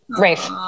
Rafe